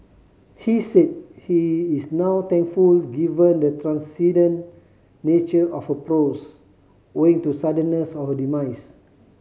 he said he is now thankful given the transcendent nature of her prose owing to suddenness of her demise